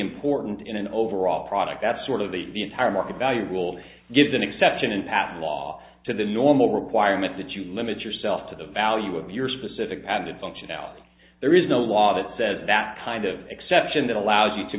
important in an overall product that sort of the entire market value rule gives an exception in patent law to the normal requirement that you limit yourself to the value of your specific added functionality there is no law that says that kind of exception that allows you to